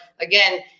again